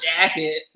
jacket